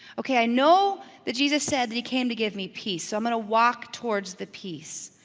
okay, i know that jesus said that he came to give me peace, so i'm gonna walk towards the peace.